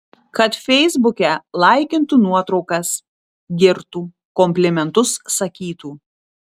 kad feisbuke laikintų nuotraukas girtų komplimentus sakytų